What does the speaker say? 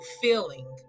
feeling